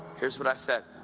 here's what i said